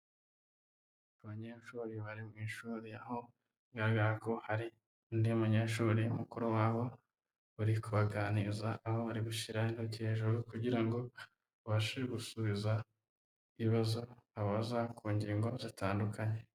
Abanyeshuri bari mu ishuri, aho bigaragara ko hari undi munyeshuri mukuru wabo uri kubaganiriza, aho bari gushyira intoki hejuru kugira ngo babashe gusubiza ibibazo abaza, ku ngingo zitandukanye.